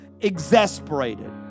exasperated